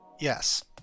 Yes